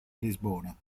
lisbona